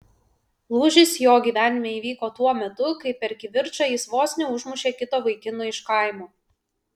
lūžis jo gyvenime įvyko tuo metu kai per kivirčą jis vos neužmušė kito vaikino iš kaimo